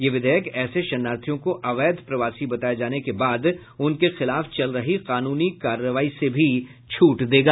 यह विधेयक ऐसे शरणार्थियों को अवैध प्रवासी बताए जाने के बाद उनके खिलाफ चल रही कानूनी कार्रवाई से भी छूट देगा